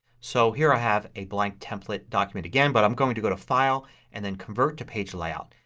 so here i have a blank template document again but i'm going to go to file and then convert to page layout.